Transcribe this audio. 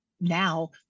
now